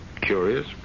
curious